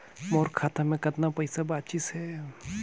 मोर खाता मे कतना पइसा बाचिस हे?